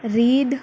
రీద్